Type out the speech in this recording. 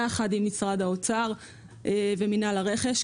יחד עם משרד האוצר ומינהל הרכש,